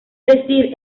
decir